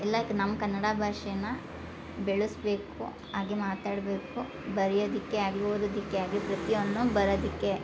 ಎಲ್ಲ ಕ್ ನಮ್ಮ ಕನ್ನಡ ಭಾಷೆನ ಬೆಳೆಸ್ಬೇಕು ಹಾಗೇ ಮಾತಾಡಬೇಕು ಬರಿಯೋದಿಕ್ಕೆ ಆಗಲಿ ಓದೋದಿಕ್ಕೆ ಆಗಲಿ ಪ್ರತಿಯೊಂದನ್ನೂ ಬರೋದಿಕ್ಕೆ